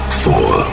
four